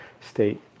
state